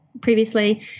previously